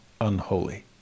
unholy